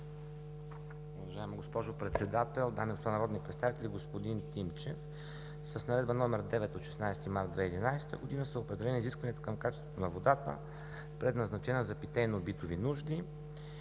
Уважаема госпожо Председател, дами и господа народни представители! Господин Тимчев, с Наредба № 9 от 16 март 2011 г. са определени изискванията към качеството на водата, предназначена за питейно-битови нужди,